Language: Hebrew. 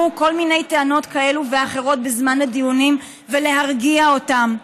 כל מיני טענות כאלה ואחרות בזמן הדיונים ולהרגיע אותם.